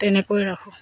তেনেকৈ ৰাখোঁ